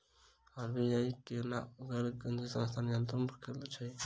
RBI केना गैर banking संस्था पर नियत्रंण राखैत छैक?